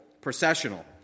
processional